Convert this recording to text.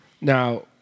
Now